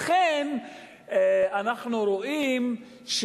לכן אנחנו רואים,